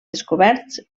descoberts